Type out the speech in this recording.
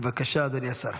בבקשה, אדוני השר.